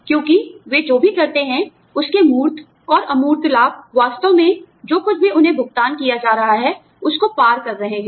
क्योंकि वे जो भी करते हैं उसके मूर्त और अमूर्त लाभ वास्तव में जो कुछ भी उन्हें भुगतान किया जा रहा है उसको पार कर रहे हैं